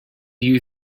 you